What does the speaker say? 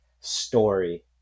story